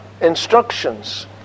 instructions